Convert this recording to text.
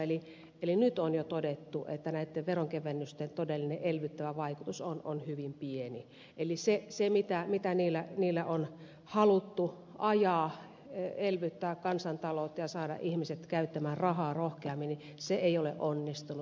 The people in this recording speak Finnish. eli nyt on jo todettu että näitten veronkevennysten todellinen elvyttävä vaikutus on hyvin pieni eli se mitä niillä on haluttu ajaa elvyttää kansantaloutta ja saada ihmiset käyttämään rahaa rohkeammin niin se ei ole onnistunut